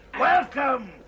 Welcome